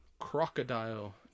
crocodile